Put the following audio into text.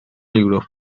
europe